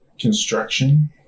construction